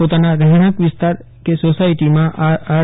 પોતાના રહેણાંક વિસ્તાર સોસાયટીમાં આ આર